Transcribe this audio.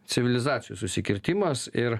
civilizacijų susikirtimas ir